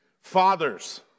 Fathers